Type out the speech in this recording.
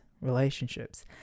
relationships